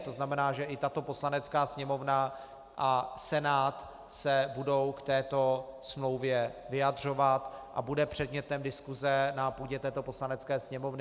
To znamená, že i tato Poslanecká sněmovna a Senát se budou k této smlouvě vyjadřovat a bude předmětem diskuse na půdě této Poslanecké sněmovny.